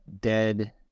dead